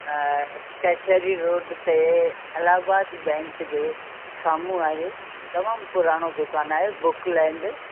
कचहरी रोड ते इलाहाबाद बैंक जे साम्हूं आहे तमामु पुराणो दुकानु आहे बुक लैण्ड